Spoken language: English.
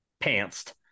pantsed